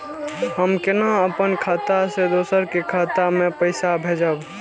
हम केना अपन खाता से दोसर के खाता में पैसा भेजब?